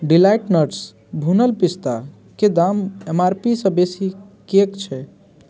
delight nuts भुनल पिस्ताके दाम एम आर पी सँ बेसी किएक छै